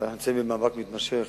אנחנו נמצאים במאבק מתמשך,